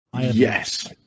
Yes